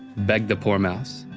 begged the poor mouse.